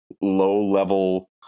low-level